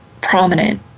prominent